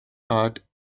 art